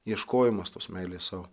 ieškojimas tos meilės sau